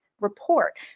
report